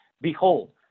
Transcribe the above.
Behold